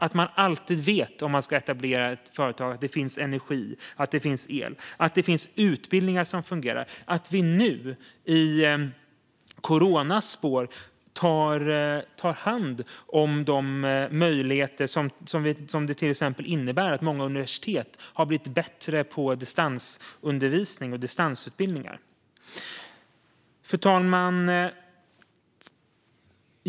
Om man ska etablera ett företag ska man alltid veta att det finns energi, att det finns el och att det finns utbildningar som fungerar. Det handlar om att vi nu i coronans spår tar vara på de möjligheter som finns när till exempel många universitet har blivit bättre på distansundervisning och distansutbildningar. Fru talman!